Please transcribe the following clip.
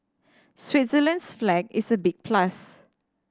Switzerland's flag is a big plus